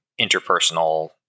interpersonal